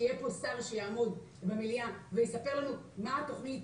שיהיה פה שר שיעמוד במליאה ויספר לנו מה התוכנית,